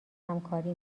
همکاری